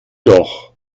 doch